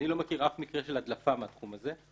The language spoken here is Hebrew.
אני לא מכיר שום מקרה של הדלפה מהתחום הזה,